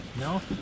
No